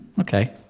okay